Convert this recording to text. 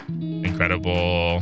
Incredible